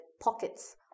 pockets